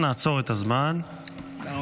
אדוני